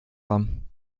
haben